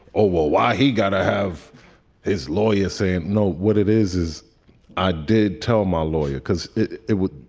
oh, well, why he got to have his lawyer say and know what it is, is i did tell my lawyer because it it would.